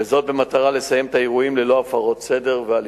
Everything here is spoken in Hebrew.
וזאת במטרה לסיים את האירועים ללא הפרות סדר ואלימות.